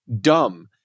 dumb